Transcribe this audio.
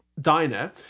diner